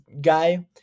guy